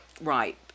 Right